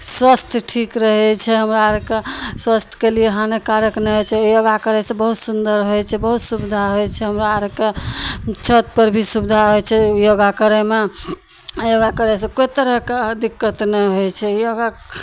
स्वास्थ्य ठीक रहै छै हमरा अरकेँ स्वास्थ्यके लिए हानिकारक नहि होइ छै योगा करयसँ बहुत सुन्दर होइ छै बहुत सुविधा होइ छै हमरा अरकेँ छतपर भी सुविधा होइ छै योगा करयमे योगा करयसँ कोइ तरहके दिक्कत नहि होइ छै योगा